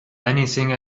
anything